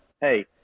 hey